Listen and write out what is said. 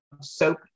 soap